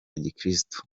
gikristu